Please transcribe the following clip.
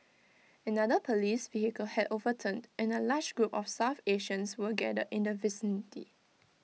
another Police vehicle had overturned and A large group of south Asians were gathered in the vicinity